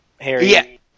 Harry